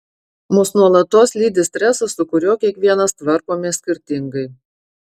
mus nuolatos lydi stresas su kuriuo kiekvienas tvarkomės skirtingai